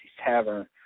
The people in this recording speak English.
Tavern